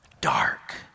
dark